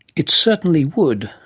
it certainly would,